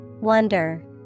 Wonder